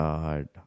God